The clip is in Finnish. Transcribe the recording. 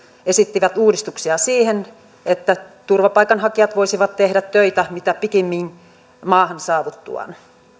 esittivät uudistuksia siihen niin että turvapaikanhakijat voisivat tehdä töitä mitä pikimmin maahan saavuttuaan